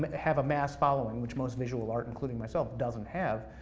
but have a mass following, which most visual art, including myself, doesn't have.